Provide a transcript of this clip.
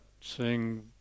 seeing